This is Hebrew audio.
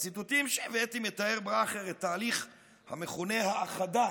בציטוטים שהבאתי מתאר בראכר את ההליך המכונה האחדה